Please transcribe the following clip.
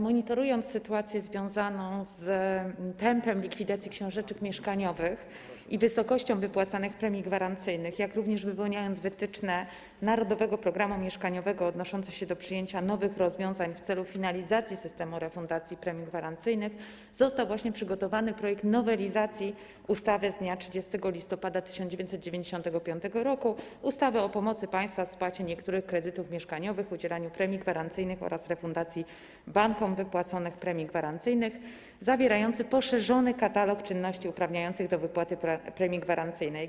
Monitorowana jest sytuacja związana z tempem likwidacji książeczek mieszkaniowych i wysokością wypłacanych premii gwarancyjnych, jak również wypełniane są wytyczne „Narodowego programu mieszkaniowego” odnoszące się do przyjęcia nowych rozwiązań w celu finalizacji systemu refundacji premii gwarancyjnych, w związku z czym został właśnie przygotowany projekt nowelizacji ustawy z dnia 30 listopada 1995 r. o pomocy państwa w spłacie niektórych kredytów mieszkaniowych, udzielaniu premii gwarancyjnych oraz refundacji bankom wypłaconych premii gwarancyjnych, zawierający poszerzony katalog czynności uprawniających do wypłaty premii gwarancyjnej.